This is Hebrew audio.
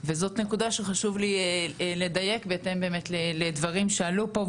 וזאת נקודה שחשוב לי לדייק בהתאם באמת לדברים שעלו פה,